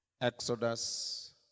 Exodus